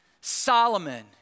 Solomon